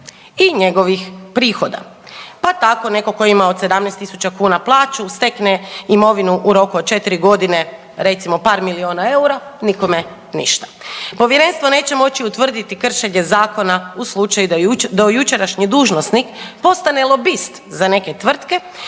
i njegovih prihoda, pa tako netko tko je imao 17000 kuna plaću stekne imovinu u roku od 4 godine recimo par milijuna eura nikome ništa. Povjerenstvo neće moći utvrditi kršenje zakona u slučaju da dojučerašnji dužnosnik postane lobist za neke tvrtke